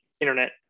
internet